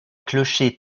clocher